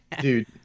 Dude